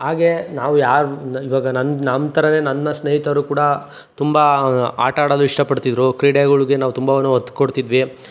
ಆಗ ನಾವು ಯಾರು ಇವಾಗ ನನ್ನ ನಮ್ಮ ಥರನೇ ನನ್ನ ಸ್ನೇಹಿತರು ಕೂಡ ತುಂಬ ಆಟ ಆಡಲು ಇಷ್ಟಪಡ್ತಿದ್ರು ಕ್ರೀಡೆಗಳ್ಗೆ ನಾವು ತುಂಬವನ್ನು ಒತ್ತು ಕೊಡ್ತಿದ್ವಿ